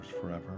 forever